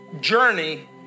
journey